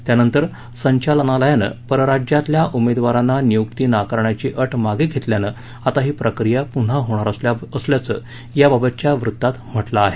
त्यानंतर संचालनालयानं परराराज्यातल्या उमेदवारांना नियुक्ती नाकारण्याची अट मागे घेतल्यानं आता ही प्रक्रिया पुन्हा होणार असल्याचं याबाबतच्या वृत्तात म्हटलं आहे